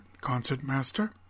concertmaster